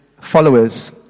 followers